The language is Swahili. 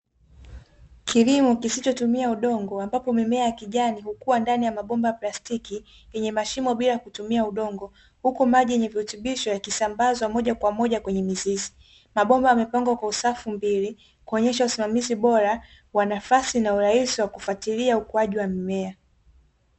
Kilimo kisichotumia udongo ambapo mimea ya kijani, hukua ndani ya mabomba ya plastiki, yenye mashimo bila kutumia udongo, huku maji yenye virutubisho yakisambazwa moja kwa moja kwenye mizizi, mabomba yamepangwa kwa usafu mbili, kuonyesha usimamizi bora wa nafasi na urahisi wakufatilia ukuaji wa mimea.